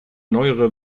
neuere